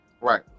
Right